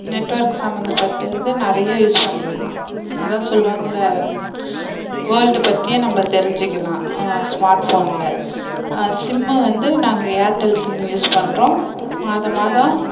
network சம்மந்தப்பட்டதது நிறைய use பண்ணிக்கலாம் அதான் சொல்லுவாங்களே வேர்ல்டு பற்றியும் நம்ம தெரிஞ்சிக்கலாம் ஸ்மார்ட் ஃபோனில் சிம்மு வந்து நாங்க ஏர்டல் சிம்மு யூஸ் பண்ணுறோம் மாதம் மாதம்